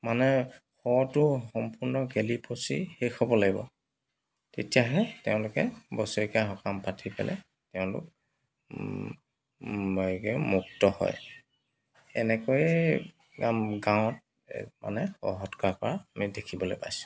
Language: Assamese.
মানে শটো সম্পূৰ্ণ গেলি পচি শেষ হ'ব লাগিব তেতিয়াহে তেওঁলোকে বছৰেকীয়া সকাম পাতি পেলাই তেওঁলোক মুক্ত হয় এনেকৈয়ে গাঁৱত মানে সৎকাৰ কৰা আমি দেখিবলৈ পাইছোঁ